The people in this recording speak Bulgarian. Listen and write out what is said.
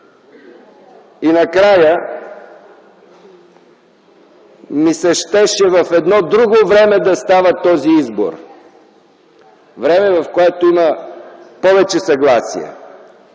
И накрая ми се щеше в едно друго време да става този избор – време, в което има повече съгласие,